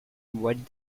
what